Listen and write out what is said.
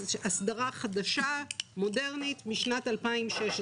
הסדרה חדשה ומודרנית משנת 2016,